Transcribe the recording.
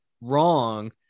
wrong